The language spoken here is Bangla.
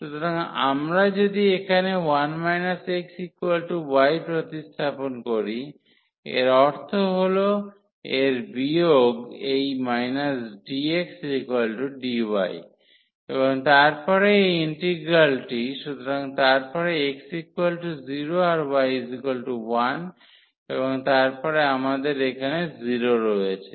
সুতরাং আমরা যদি এখানে 1 x y প্রতিস্থাপন করি এর অর্থ হল এর বিয়োগ এই dx dy এবং তারপরে এই ইন্টিগ্রালটি সুতরাং তারপরে x 0 আর y 1 এবং তারপরে আমাদের এখানে 0 রয়েছে